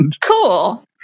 Cool